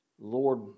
Lord